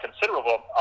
considerable